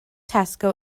tesco